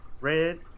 red